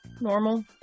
Normal